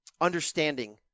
understanding